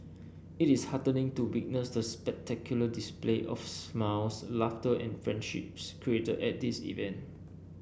it is heartening to witness the spectacular display of smiles laughter and friendships created at this event